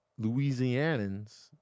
Louisianans